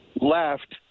left